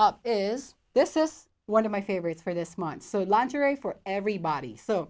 up is this is one of my favorites for this month so lingerie for everybody so